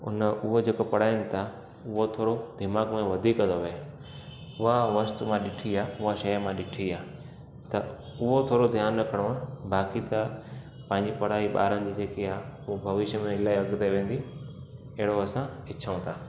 उन उहे जेको पढ़ाइनि था उहो थोरो दिमाग़ में वधीक थो वेहि उहा वस्तू मां ॾिठी आहे उहा शइ मां ॾिठी आहे त उहो थोरो ध्यानु रखिणो बाक़ी त पंहिंजी पढ़ाई ॿार जी जेकी आहे उहा भविष्य में इलाही अॻिते वेंदी अहिड़ो असां इछाऊं था